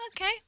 Okay